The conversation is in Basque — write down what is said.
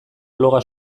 bloga